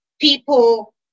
people